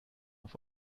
auf